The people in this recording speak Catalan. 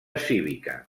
cívica